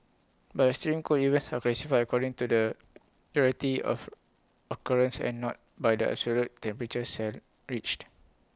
but extreme cold events are classified according to the rarity of occurrence and not by the absolute temperature sale reached